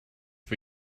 for